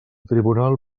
tribunal